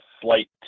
slight